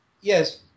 Yes